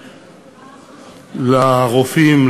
לרופאים,